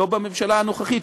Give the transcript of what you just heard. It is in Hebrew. לא בממשלה הנוכחית,